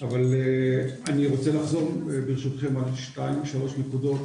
אבל אני רוצה לחזור ברשותכם לשתיים או שלוש נקודות